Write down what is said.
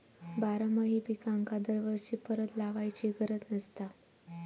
बारमाही पिकांका दरवर्षी परत लावायची गरज नसता